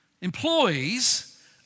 Employees